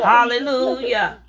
Hallelujah